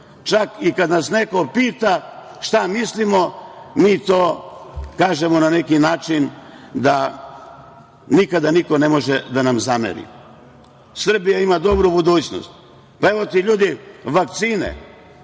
Čak i kada nas neko pita šta mislimo, mi to kažemo na neki način da nikada niko ne može da nam zameri. Srbija ima dobru budućnost. Evo vakcine.